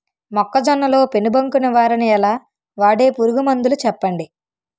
మొక్కజొన్న లో పెను బంక నివారణ ఎలా? వాడే పురుగు మందులు చెప్పండి?